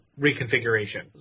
reconfiguration